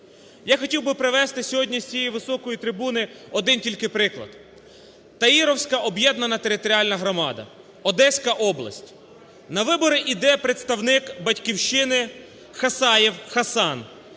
Я хотів би привести сьогодні з цієї високої трибуни один тільки приклад: Таїровська об'єднана територіальна громада, Одеська область. На вибори йде представник "Батьківщини" Хасаєв Хасан,